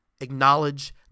acknowledge